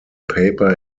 paper